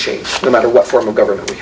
change no matter what form of government